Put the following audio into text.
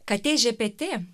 katė žepetė